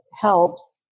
helps